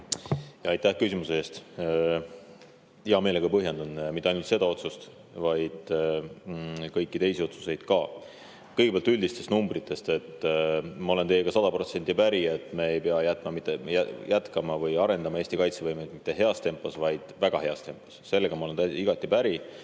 Aitäh küsimuse eest! Hea meelega põhjendan mitte ainult seda otsust, vaid ka kõiki teisi otsuseid. Kõigepealt üldistest numbritest. Ma olen teiega sada protsenti päri, et me ei pea arendama Eesti kaitsevõimet mitte heas tempos, vaid väga heas tempos. Sellega ma olen igati päri.